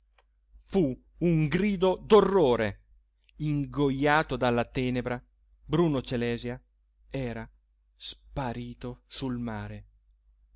fu un grido d'orrore ingojato dalla tenebra bruno celèsia era sparito sul mare